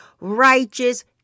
righteous